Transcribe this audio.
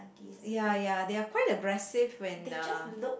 ya ya they are quite aggressive when uh